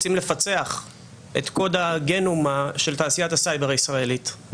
רוצים לפצח את קוד הגנום של תעשיית הסייבר הישראלית.